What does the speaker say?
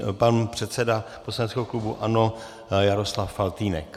Nyní pan předseda poslaneckého klubu ANO Jaroslav Faltýnek.